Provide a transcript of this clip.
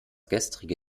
gestrige